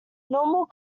normal